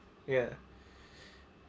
ya